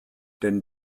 denn